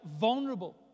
vulnerable